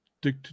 Dick